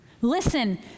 Listen